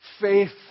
faith